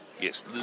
yes